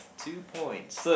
two points